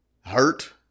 Hurt